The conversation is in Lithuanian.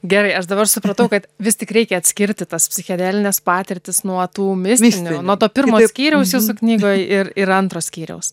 gerai aš dabar supratau kad vis tik reikia atskirti tas psichodelines patirtis nuo tų mistinių nuo to pirmojo skyriaus jūsų knygoj ir ir antro skyriaus